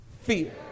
Fear